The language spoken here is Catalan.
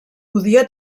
podia